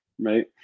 right